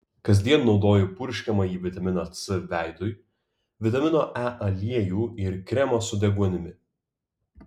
kasdien naudoju purškiamąjį vitaminą c veidui vitamino e aliejų ir kremą su deguonimi